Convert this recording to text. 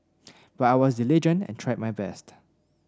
but I was diligent and tried my best